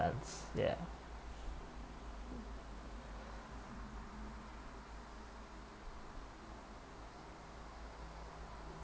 sense ya